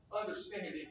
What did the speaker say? understanding